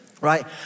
right